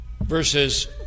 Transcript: verses